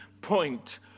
point